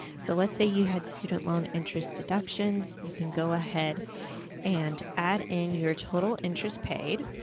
so, let's say you had student loan interest deductions, you can go ahead and add in your total interest paid.